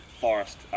forest